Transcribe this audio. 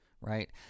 Right